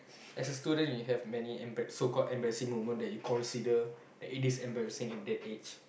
as a student you have many embar~ so called embarrassing moment that you consider that it is embarrassing at that age